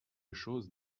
chose